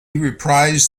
reprised